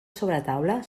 sobretaula